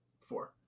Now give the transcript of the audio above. four